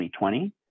2020